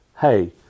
Hey